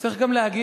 צריך גם להגיד,